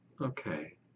Okay